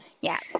Yes